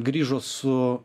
grįžo su